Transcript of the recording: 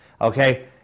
Okay